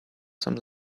some